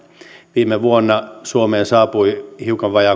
viime vuonna suomeen saapui hiukan vajaa